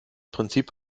prinzip